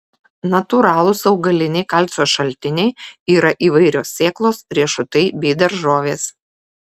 natūralūs augaliniai kalcio šaltiniai yra įvairios sėklos riešutai bei daržovės